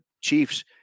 chiefs